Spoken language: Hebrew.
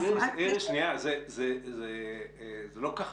זה לא כל כך